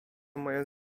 moje